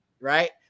right